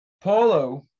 Paulo